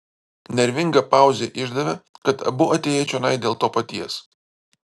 nervinga pauzė išdavė kad abu atėję čionai dėl to paties